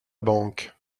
banque